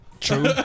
true